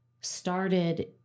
started